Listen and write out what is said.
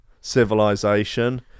civilization